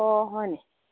অঁ হয়নে